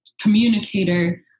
communicator